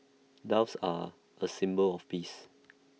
doves are A symbol of peace